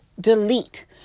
Delete